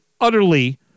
utterly